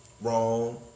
wrong